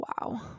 Wow